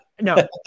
No